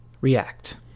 react